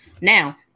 Now